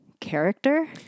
character